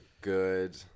good